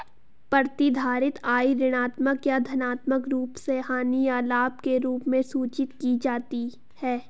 प्रतिधारित आय ऋणात्मक या धनात्मक रूप से हानि या लाभ के रूप में सूचित की जाती है